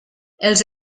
els